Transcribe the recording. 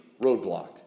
roadblock